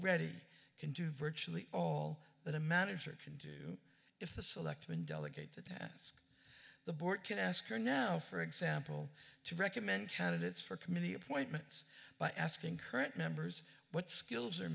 ready can do virtually all that a manager can do if the selectmen delegate the task the board can ask her now for example to recommend candidates for committee appointments by asking current members what skills are